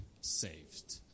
saved